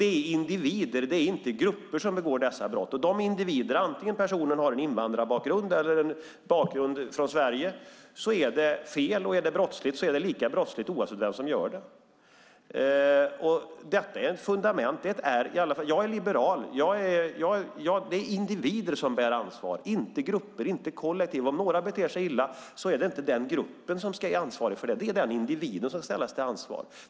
Det är individer, inte grupper, som begår dessa brott. Oavsett om personen har invandrarbakgrund eller bakgrund från Sverige är det fel. Är det brottsligt är det lika brottsligt oavsett vem som gör det. Detta är ett fundament. Jag är liberal. Det är individer som bär ansvar, inte grupper, inte kollektiv. Om någon beter sig illa är det inte gruppen som är ansvarig för det. Det är den individen som ska ställas till ansvar.